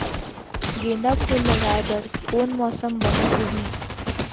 गेंदा फूल लगाए बर कोन मौसम बने होही?